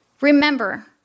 Remember